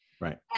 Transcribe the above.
right